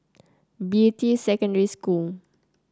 Beatty Secondary School